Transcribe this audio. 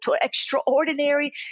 extraordinary